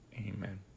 Amen